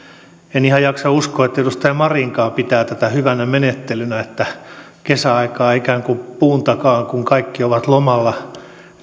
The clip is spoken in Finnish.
en ihan jaksa uskoa että edustaja marinkaan pitää tätä hyvänä menettelynä että kesäaikaan ikään kuin puun takana kun kaikki ovat lomalla